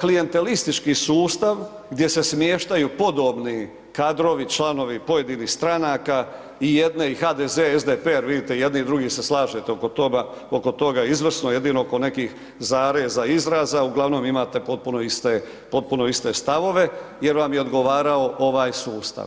klijentelistički sustav gdje se smještaju podobni kadrovi, članovi pojedinih stranaka i jedne i HDZ, SDP jer vidite, i jedni i drugi se slažete oko toga izvrsno, jedino oko nekih zareza i izraza, uglavnom imate potpuno iste stavove jer vam je odgovarao ovaj sustav.